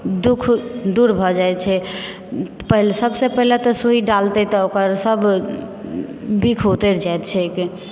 दुःख दूर भऽ जाइ छै पहिले सबसे पहिले तऽ सूइ डालतै तऽ ओकर सब बिख उतरि जाइत छैक